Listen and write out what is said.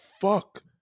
fuck